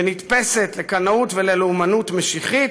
ונתפסת לקנאות לאומנית-משיחית,